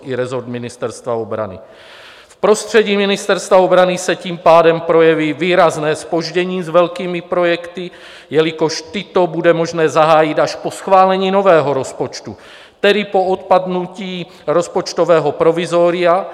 V prostředí Ministerstva obrany se tím pádem projeví výrazné zpoždění s velkými projekty, jelikož tyto bude možné zahájit až po schválení nového rozpočtu, tedy po odpadnutí rozpočtového provizoria.